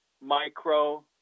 micro